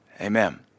Amen